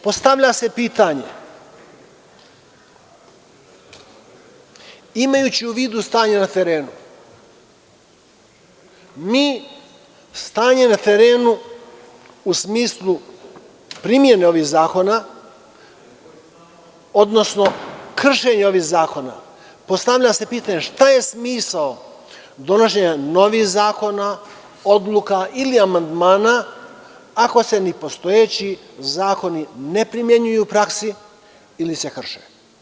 Postavlja se pitanje – imajući u vidu stanje na terenu, mi stanje na terenu u smislu primene ovih zakona, odnosno kršenja ovih zakona, postavlja se pitanje šta je smisao donošenja novih zakona, odluka ili amandmana, ako se ni postojeći zakoni ne primenjuju u praksi ili se krše?